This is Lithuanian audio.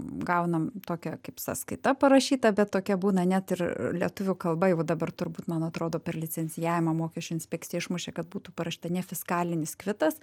gaunam tokią kaip sąskaita parašyta bet tokia būna net ir lietuvių kalba jau dabar turbūt man atrodo per licencijavimo mokesčių inspekcija išmušė kad būtų parašyta nefiskalinis kvitas